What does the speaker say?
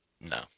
No